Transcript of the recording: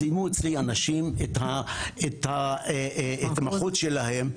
סיימו אצלי אנשים את ההתמחות שלהם.